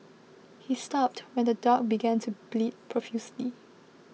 he stopped when the dog began to bleed profusely